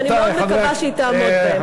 ואני מאוד מקווה שהיא תעמוד בהם.